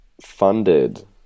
funded